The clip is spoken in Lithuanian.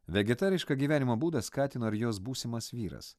vegetarišką gyvenimo būdą skatino ir jos būsimas vyras